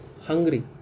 hungry